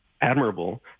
admirable